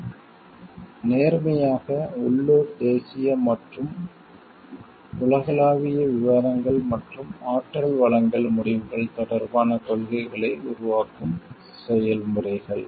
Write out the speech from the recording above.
மற்றும் நேர்மையாக உள்ளூர் தேசிய மற்றும் உலகளாவிய விவாதங்கள் மற்றும் ஆற்றல் வழங்கல் முடிவுகள் தொடர்பான கொள்கைகளை உருவாக்கும் செயல்முறைகள்